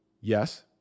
Yes